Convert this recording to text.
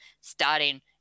starting